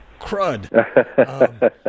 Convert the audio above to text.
crud